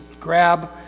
grab